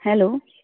hello